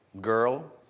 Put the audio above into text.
girl